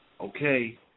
Okay